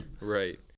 Right